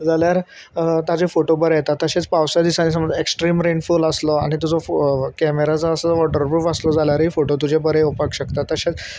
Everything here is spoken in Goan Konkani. जाल्यार ताजे फोटो बर येता तशेंच पावसाच्या दिसांनी समज एक्स्ट्रीम रेनफॉल आसलो आनी तुजो कॅमेरा जो असो वॉटर प्रूफ आसलो जाल्यारूय फोटो तुजे बरे येवपाक शकता तशेंच